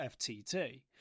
FTT